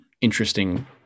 interesting